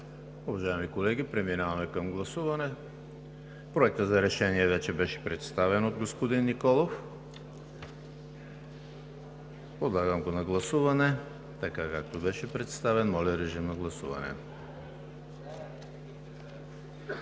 Уважаеми колеги, преминаваме към гласуване. Проектът за решение вече беше представен от господин Николов. Подлагам го на гласуване така, както беше представен. Гласували